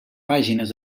pàgines